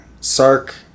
Sark